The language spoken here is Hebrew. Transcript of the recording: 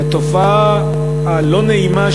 והתופעה הלא-נעימה,